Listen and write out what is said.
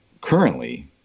currently